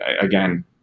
again